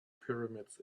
pyramids